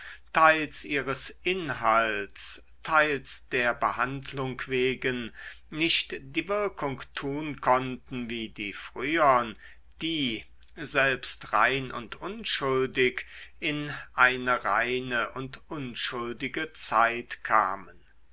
teils ihres inhalts teils der behandlung wegen nicht die wirkung tun konnten wie die frühern die selbst rein und unschuldig in eine reine und unschuldige zeit kamen